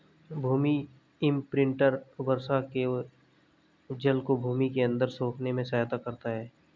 भूमि imprinter वर्षा के जल को भूमि के अंदर सोखने में सहायता करता है